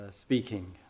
speaking